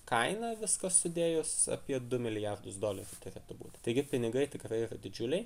kaina viską sudėjus apie du milijardus dolerių turėtų būti taigi pinigai tikrai yra didžiuliai